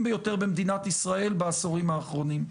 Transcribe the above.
ביותר במדינת ישראל בעשורים האחרונים.